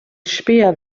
späher